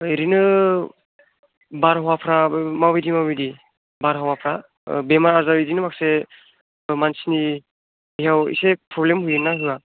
ओरैनो बारहावाफ्रा माबायदि माबायदि बारहावाफ्रा बेमार आजार बिदिनो माखासे मानसिनि देहायाव एसे प्रब्लेम होयो ना होआ